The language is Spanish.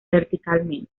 verticalmente